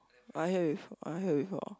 I hear before I hear before